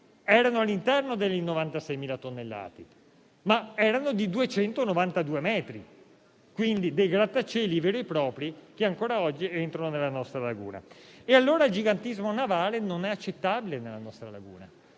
erano all'interno delle 96.000 tonnellate, ma erano di 292 metri: quindi, dei grattacieli veri e propri, che ancora oggi entrano nella nostra laguna. Ne deriva che il gigantismo navale non è accettabile nella nostra laguna,